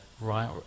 right